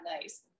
nice